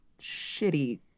shitty